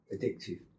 addictive